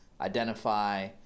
identify